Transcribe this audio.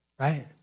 right